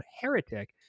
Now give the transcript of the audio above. Heretic